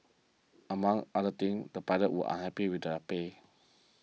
among other things the pilots were unhappy with their pay